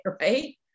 right